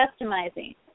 customizing